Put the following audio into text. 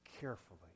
carefully